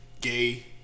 Gay